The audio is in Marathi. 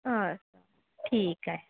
हं ठीक आहे